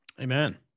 Amen